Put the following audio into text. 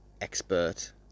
expert